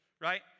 right